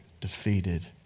defeated